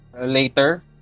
later